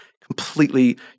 completely